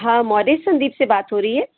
हाँ मौर्य संदीप से बात हो रही है